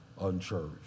unchurched